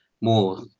more